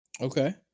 Okay